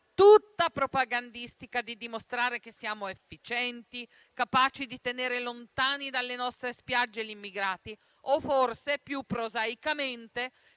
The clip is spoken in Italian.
tutta propagandistica, di dimostrare che siamo efficienti, capaci di tenere lontani dalle nostre spiagge gli immigrati? O forse, più prosaicamente,